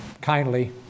kindly